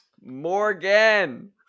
Morgan